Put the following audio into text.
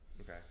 okay